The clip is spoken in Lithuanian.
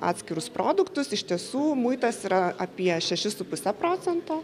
atskirus produktus iš tiesų muitas yra apie šeši su puse procento